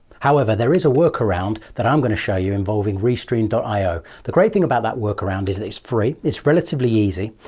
however, there is a workaround that i'm going to show you involving restream io. the great thing about that workaround is that it's free, it's relatively easy.